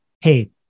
hey